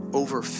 over